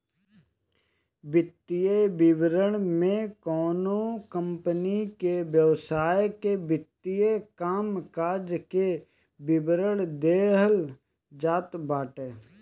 वित्तीय विवरण में कवनो कंपनी के व्यवसाय के वित्तीय कामकाज के विवरण देहल जात बाटे